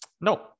no